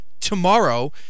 tomorrow